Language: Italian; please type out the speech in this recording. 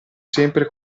sempre